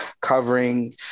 covering